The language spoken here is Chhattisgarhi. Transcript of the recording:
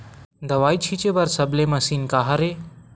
दवाई छिंचे बर सबले मशीन का हरे?